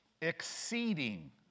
exceeding